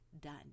done